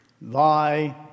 thy